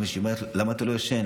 05:00. היא אומרת לו: למה אתה לא ישן?